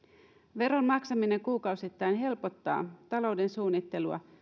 veron maksaminen kuukausittain helpottaa talouden suunnittelua